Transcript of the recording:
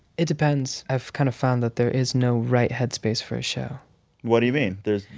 it depends. i've kind of found that there is no right head space for a show what do you mean? there's.